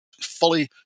fully